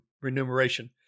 remuneration